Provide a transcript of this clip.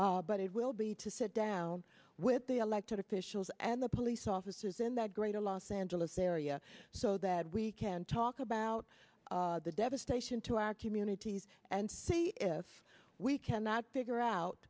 but it will be to sit down with the elected officials and the police officers in that greater los angeles area so that we can talk about the devastation to our communities and see if we cannot figure out